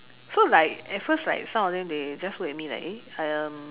so like at first like some of them they just look at me like eh